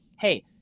hey